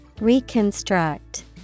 Reconstruct